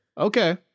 Okay